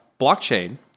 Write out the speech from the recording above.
blockchain –